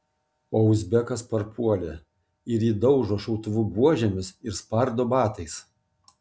o uzbekas parpuolė ir jį daužo šautuvų buožėmis ir spardo batais